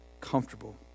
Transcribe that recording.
comfortable